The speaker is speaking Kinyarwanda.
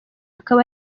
akaba